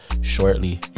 shortly